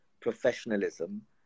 professionalism